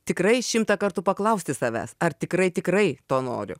tikrai šimtą kartų paklausti savęs ar tikrai tikrai to noriu